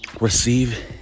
receive